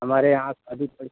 हमारे यहाँ सभी फल